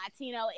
Latino